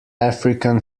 african